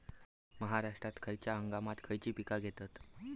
महाराष्ट्रात खयच्या हंगामांत खयची पीका घेतत?